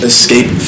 Escape